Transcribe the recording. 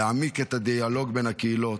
להעמיק את הדיאלוג בין הקהילות,